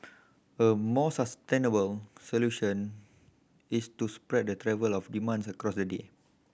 a more sustainable solution is to spread the travel of demand across the day